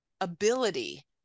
ability